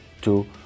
two